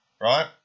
right